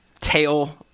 tail